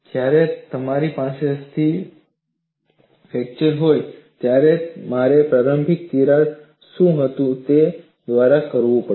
જ્યારે મારી પાસે સ્થિર ફ્રેક્ચર હોય ત્યારે મારે પ્રારંભિક તિરાડ શું હતું તે દ્વારા જવું પડશે